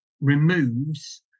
removes